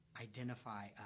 identify